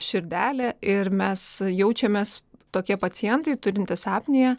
širdelė ir mes jaučiamės tokie pacientai turintys apniją